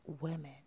women